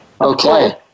Okay